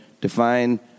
define